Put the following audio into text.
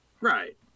Right